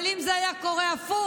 אבל אם זה היה קורה הפוך,